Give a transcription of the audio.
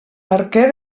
perquè